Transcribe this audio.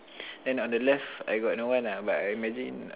and on the left I got no one lah but I imagine